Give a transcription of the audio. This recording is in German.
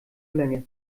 länger